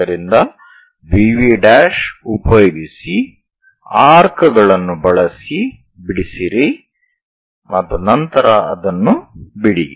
ಆದ್ದರಿಂದ VV ಉಪಯೋಗಿಸಿ arc ಗಳನ್ನು ಬಳಸಿ ಬಿಡಿಸಿರಿ ಮತ್ತು ನಂತರ ಅದನ್ನು ಬಿಡಿ